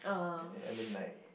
I mean like